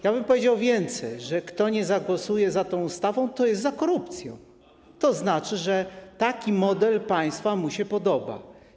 Ja bym powiedział więcej: kto nie zagłosuje za tą ustawą, to jest za korupcją, to znaczy, że taki model państwa mu się podoba.